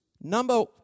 number